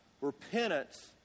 Repentance